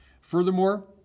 Furthermore